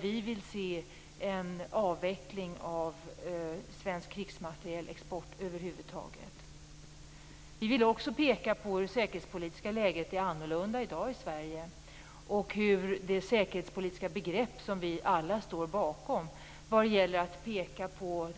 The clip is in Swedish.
Vi vill se en avveckling av svensk krigsmaterielexport över huvud taget. Vi vill också peka på att det säkerhetspolitiska läget är annorlunda i dag i Sverige. Vi står alla bakom det säkerhetspolitiska begreppet att man skall